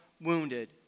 wounded